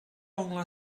onglau